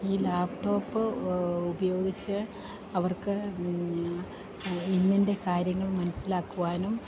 ഈ ലാപ്ടോപ്പ് ഉപയോഗിച്ച് അവർക്ക് ഇന്നിൻ്റെ കാര്യങ്ങൾ മനസ്സിലാക്കുവാനും